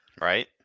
Right